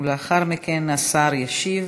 ולאחר מכן השר ישיב.